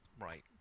right